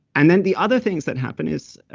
and then the other things that happen is,